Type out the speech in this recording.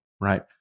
right